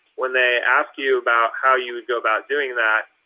when they ask you about how you would go about doing that